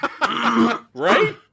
Right